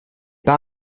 pas